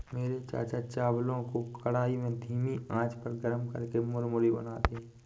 मेरे चाचा चावलों को कढ़ाई में धीमी आंच पर गर्म करके मुरमुरे बनाते हैं